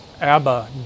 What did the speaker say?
Abba